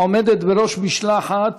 העומדת בראש משלחת